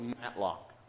Matlock